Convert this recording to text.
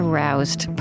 Aroused